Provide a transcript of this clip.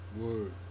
Word